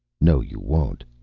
no, you won't,